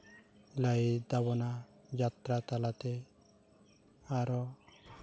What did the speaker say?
ᱞᱟᱹᱭ ᱛᱟᱵᱚᱱᱟ ᱡᱟᱛᱨᱟ ᱛᱟᱞᱟᱛᱮ ᱟᱨᱚ